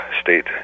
state